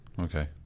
Okay